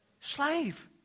slave